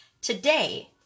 Today